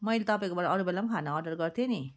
मैले तपाईँकोबाट अरू बेला पनि खाना अर्डर गर्थेँ नि